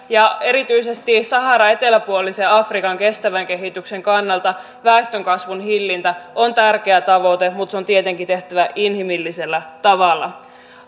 ja erityisesti saharan eteläpuolisen afrikan kestävän kehityksen kannalta väestönkasvun hillintä on tärkeä tavoite mutta se on tietenkin tehtävä inhimillisellä tavalla